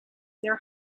there